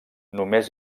només